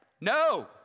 no